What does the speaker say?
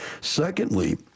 Secondly